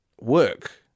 work